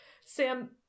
Sam